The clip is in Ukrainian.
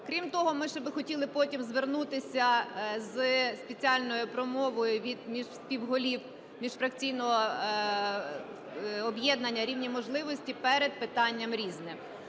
Крім того, ми ще би хотіли потім звернутися зі спеціальною промовою від співголів міжфракційного об'єднання "Рівні можливості" перед питанням "Різне".